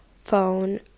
phone